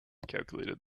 calculated